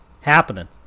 Happening